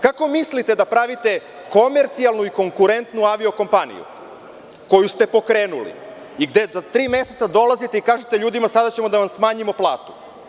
Kako mislite da pravite komercijalnu i konkurentnu avio-kompaniju, koju ste pokrenuli i za tri meseca dolazite i kažete ljudima – sada ćemo da vam smanjimo plate?